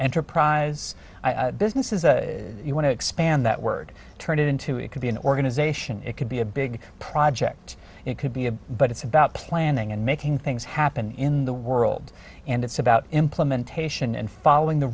enterprise businesses you want to expand that word turn it into it could be an organization it could be a big project it could be a but it's about planning and making things happen in the world and it's about implementation and following the